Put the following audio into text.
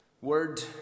Word